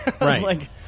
Right